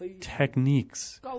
techniques